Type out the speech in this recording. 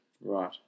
Right